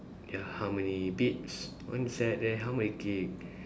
there are how many bits one set then how many GB